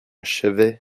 chevet